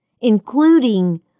including